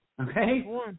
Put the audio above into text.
Okay